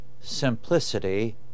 simplicity